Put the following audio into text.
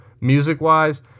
Music-wise